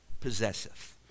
possesseth